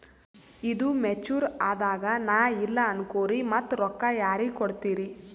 ಈದು ಮೆಚುರ್ ಅದಾಗ ನಾ ಇಲ್ಲ ಅನಕೊರಿ ಮತ್ತ ರೊಕ್ಕ ಯಾರಿಗ ಕೊಡತಿರಿ?